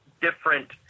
different